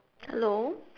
hello